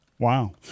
Wow